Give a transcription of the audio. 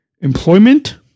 employment